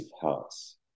hearts